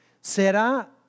Será